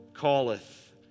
calleth